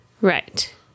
Right